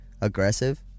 aggressive